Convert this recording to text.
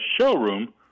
showroom